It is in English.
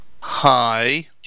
Hi